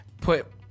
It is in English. put